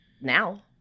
now